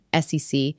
SEC